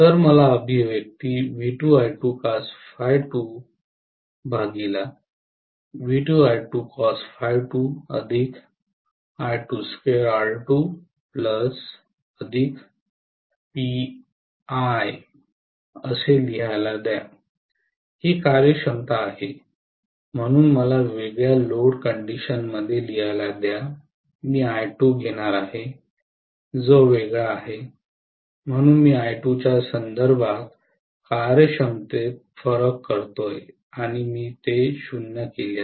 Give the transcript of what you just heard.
तर मला अभिव्यक्ती लिहायला द्या ही कार्यक्षमता आहे म्हणून मला वेगळ्या लोड कंडिशन मध्ये लिहायला द्या मी I2 घेणार आहे जो वेगळा आहे म्हणून मी I2 च्या संदर्भात कार्यक्षमतेत फरक करतोयं आणि मी ते 0 केले